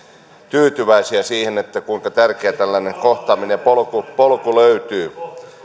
tyytyväisiä siihen kuinka tärkeä on tällainen kohtaaminen ja polku löytyy